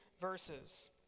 verses